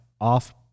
off